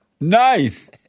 Nice